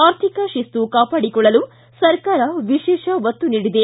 ಆರ್ಥಿಕ ಶಿಸ್ತು ಕಾಪಾಡಿಕೊಳ್ಳಲು ಸರ್ಕಾರ ವಿಶೇಷ ಒತ್ತು ನೀಡಿದೆ